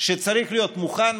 שצריך להיות מוכן,